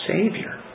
Savior